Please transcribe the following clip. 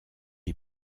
est